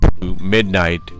midnight